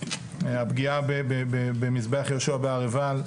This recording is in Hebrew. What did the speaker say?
הפגיעה במזבח יהושע בהר עיבל.